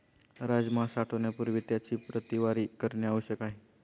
राजमा साठवण्यापूर्वी त्याची प्रतवारी करणे आवश्यक आहे